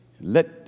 Let